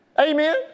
Amen